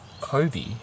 Kobe